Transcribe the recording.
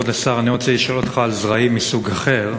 כבוד השר, אני רוצה לשאול אותך על זרעים מסוג אחר: